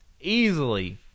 easily